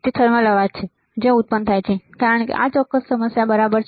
જે થર્મલ અવાજ છે જે ઉત્પન્ન થાય છે કારણ કે આ ચોક્કસ સમસ્યા બરાબર છે